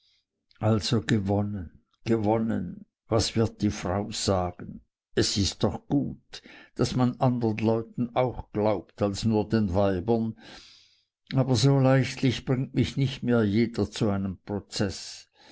also gewonnen gewonnen was wird die frau sagen es ist doch gut daß man andern leuten auch glaubt als nur den weibern aber so leichtlich bringt mich nicht mehr jeder zu einem prozeß